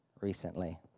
recently